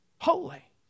holy